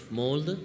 mold